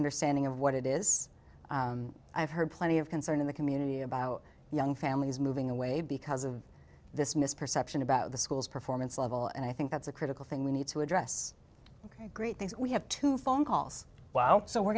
understanding of what it is i've heard plenty of concern in the community about young families moving away because of this misperception about the schools performance level and i think that's a critical thing we need to address ok great things we have to phone calls while so we're